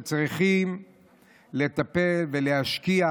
וצריכים לטפל ולהשקיע,